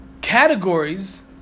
categories